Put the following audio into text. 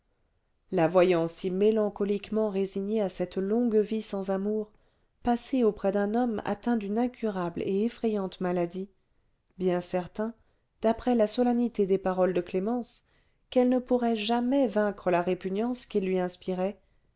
la voyant si mélancoliquement résignée à cette longue vie sans amour passée auprès d'un homme atteint d'une incurable et effrayante maladie bien certain d'après la solennité des paroles de clémence qu'elle ne pourrait jamais vaincre la répugnance qu'il lui inspirait